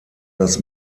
das